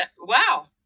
wow